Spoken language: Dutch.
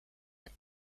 een